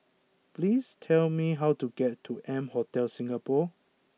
please tell me how to get to M Hotel Singapore